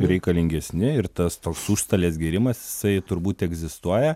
reikalingesni ir tas toks užstalės gėrimas jisai turbūt egzistuoja